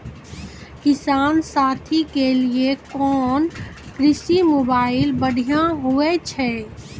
किसान साथी के लिए कोन कृषि मोबाइल बढ़िया होय छै?